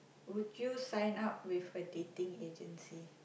would you sign up with a dating agency